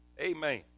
Amen